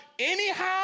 Anyhow